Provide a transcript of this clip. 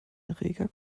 reger